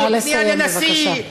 פנייה לנשיא,